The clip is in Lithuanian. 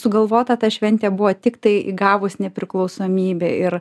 sugalvota ta šventė buvo tiktai gavus nepriklausomybę ir